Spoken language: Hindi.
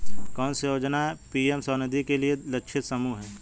कौन सी योजना पी.एम स्वानिधि के लिए लक्षित समूह है?